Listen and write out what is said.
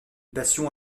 passion